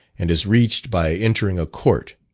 and is reached by entering a court.